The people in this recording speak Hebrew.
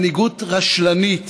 מנהיגות רשלנית